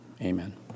amen